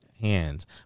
hands